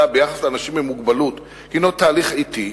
ביחס לאנשים עם מוגבלות הינו תהליך אטי,